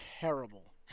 terrible